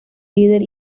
líder